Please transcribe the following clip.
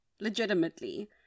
legitimately